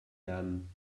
lernen